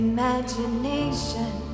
Imagination